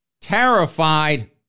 terrified